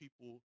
people